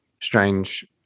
strange